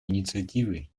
инициативы